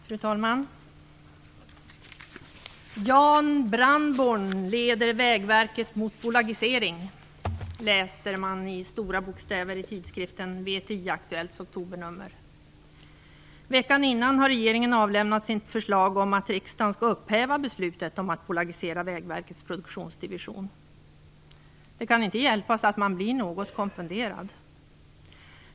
Fru talman! "Jan Brandborn leder Vägverket mot bolagisering", läser man i stora rubriker i tidskriften VTI-aktuellts oktobernummer. Veckan innan hade regeringen avlämnat sitt förslag om att riksdagen skall upphäva beslutet om att bolagisera Vägverkets produktionsdivision. Det kan inte hjälpas att man blir något konfunderad.